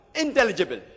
intelligible